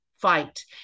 fight